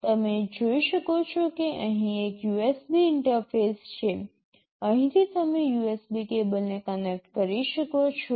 તમે જોઈ શકો છો કે અહીં એક USB ઇન્ટરફેસ છે અહીંથી તમે USB કેબલને કનેક્ટ કરી શકો છો